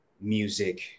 music